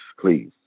please